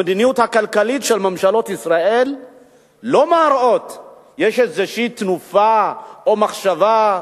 המדיניות הכלכלית של ממשלות ישראל לא מראה שיש איזו תנופה או מחשבה,